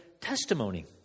testimony